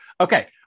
Okay